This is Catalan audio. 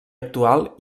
actual